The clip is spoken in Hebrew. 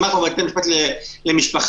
בתי המשפט למשפחה,